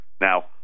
Now